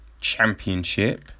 championship